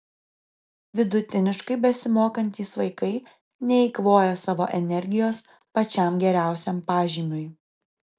vidutiniškai besimokantys vaikai neeikvoja savo energijos pačiam geriausiam pažymiui